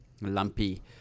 lumpy